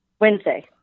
Wednesday